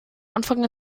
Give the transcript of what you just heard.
anfang